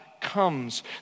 comes